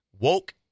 Woke